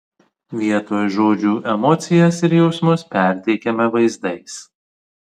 vietoj žodžių emocijas ir jausmus perteikiame vaizdais